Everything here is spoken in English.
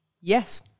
Yes